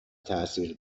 تاثیر